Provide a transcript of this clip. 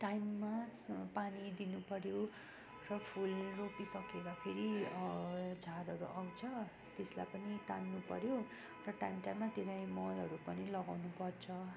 टाइममा पानी दिनु पर्यो र फुल रोपी सकेर फेरि झारहरू आउँछ त्यसलाई पनि तान्नु पर्यो र टाइम टाइममा त्यसलाई मलहरू पनि लगाउनु पर्छ